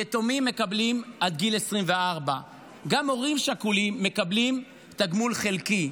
יתומים מקבלים עד גיל 24. גם הורים שכולים מקבלים תגמול חלקי.